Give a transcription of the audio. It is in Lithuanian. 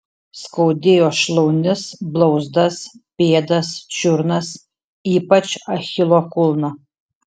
skaudėjo šlaunis blauzdas pėdas čiurnas ypač achilo kulną